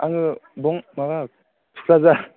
आङो माबा टुक्राझार